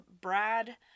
Brad